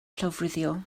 llofruddio